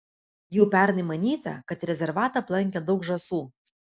jau pernai manyta kad rezervatą aplankė daug žąsų